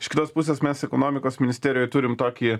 iš kitos pusės mes ekonomikos ministerijoj turim tokį